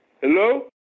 Hello